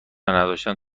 نداشتن